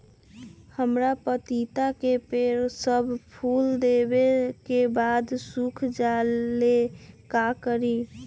हमरा पतिता के पेड़ सब फुल देबे के बाद सुख जाले का करी?